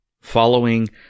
following